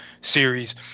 series